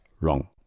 wrong